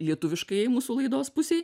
lietuviškai mūsų laidos pusei